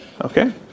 Okay